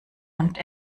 und